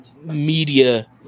media